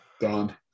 done